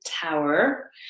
tower